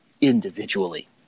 individually